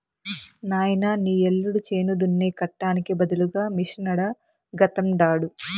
నాయనా నీ యల్లుడు చేను దున్నే కట్టానికి బదులుగా మిషనడగతండాడు